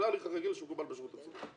זה ההליך הרגיל שמקובל בשירות הציבורי.